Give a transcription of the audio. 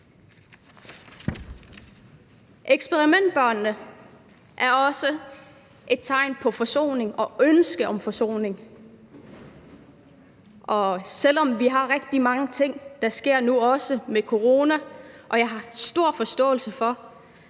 Eksperimentbørnene er også et tegn på forsoning og ønske om forsoning. Selv om vi har rigtig mange ting, der sker nu, også med corona – og jeg har stor forståelse for,